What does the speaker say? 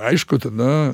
aišku tada